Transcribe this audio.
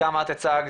את הצגת,